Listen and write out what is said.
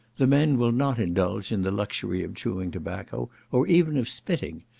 the men will not indulge in the luxury of chewing tobacco, or even of spitting,